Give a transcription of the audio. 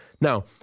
Now